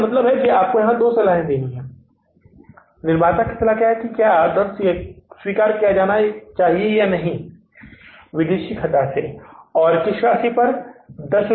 तो इसका मतलब है हमें यहां दो चीजों की सलाह देना है निर्माता की सलाह है कि क्या ऑर्डर स्वीकार किया जाना चाहिए या नहीं विदेशी ख़रीदार से और किस राशि पर ऑर्डर है